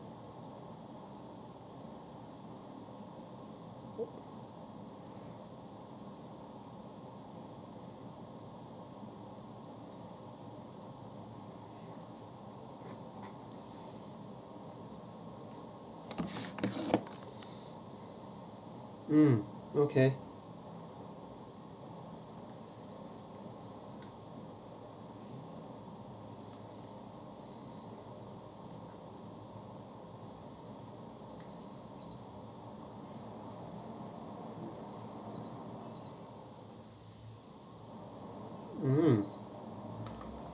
uh okay uh